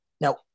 now